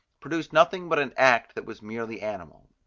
produced nothing but an act that was merely animal.